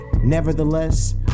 Nevertheless